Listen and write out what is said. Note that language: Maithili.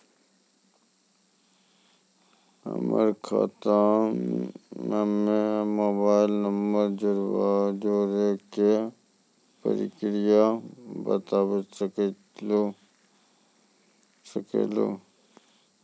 हमर खाता हम्मे मोबाइल नंबर जोड़े के प्रक्रिया बता सकें लू?